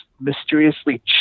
mysteriously